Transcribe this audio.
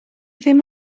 ddim